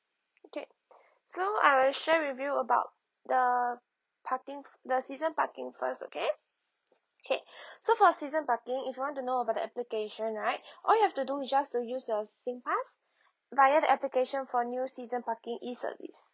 okay so I'll share with you about the parking s~ the season parking first okay okay so for season parking if you want to know about the application right all you have to do is just to use your SINGPASS via the application for new season parking E service